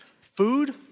Food